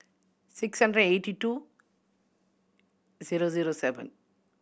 six hundred eighty two zero zero seven